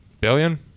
Billion